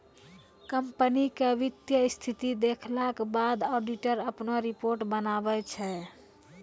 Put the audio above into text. company के वित्तीय स्थिति देखला के बाद ऑडिटर अपनो रिपोर्ट बनाबै छै